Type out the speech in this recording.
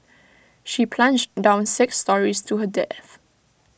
she plunged down six storeys to her death